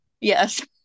Yes